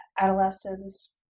adolescents